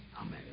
Amen